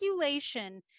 regulation